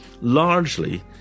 largely